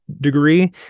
degree